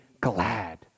glad